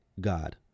God